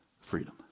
freedom